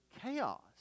chaos